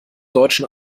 deutschen